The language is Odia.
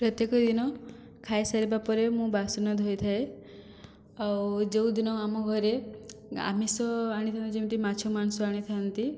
ପ୍ରତ୍ୟେକ ଦିନ ଖାଇସାରିବା ପରେ ମୁଁ ବାସନ ଧୋଇଥାଏ ଆଉ ଯେଉଁ ଦିନ ଆମ ଘରେ ଆମିଷ ଆଣିଥାନ୍ତି ଯେମିତି ମାଛ ମାଂସ ଆଣିଥାନ୍ତି